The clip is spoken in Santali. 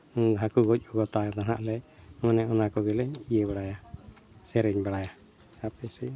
ᱦᱟᱹᱠᱩ ᱜᱚᱡ ᱠᱚᱣᱟ ᱛᱟᱭ ᱫᱚ ᱦᱟᱸᱜ ᱞᱮ ᱢᱟᱱᱮ ᱚᱱᱟ ᱠᱚᱜᱮᱞᱤᱧ ᱤᱭᱟᱹ ᱵᱟᱲᱟᱭᱟ ᱥᱮᱨᱮᱧ ᱵᱟᱲᱟᱭᱟ ᱦᱟᱯᱮᱥᱮ